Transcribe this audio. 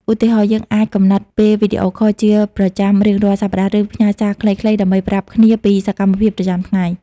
ឧទាហរណ៍ យើងអាចកំណត់ពេលវីដេអូខលជាប្រចាំរៀងរាល់សប្តាហ៍ ឬផ្ញើសារខ្លីៗដើម្បីប្រាប់គ្នាពីសកម្មភាពប្រចាំថ្ងៃ។